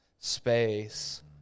space